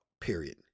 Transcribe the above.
period